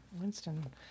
Winston